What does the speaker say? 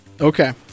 Okay